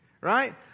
Right